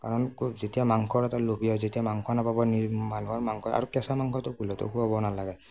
কাৰণ যেতিয়া মাংসৰ এটা লোভ হয় যেতিয়া মাংস নাপাব মানুহৰ মাংস আৰু কেঁচা মাংসটো ভুলতো খোৱাব নালাগে